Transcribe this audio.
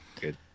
good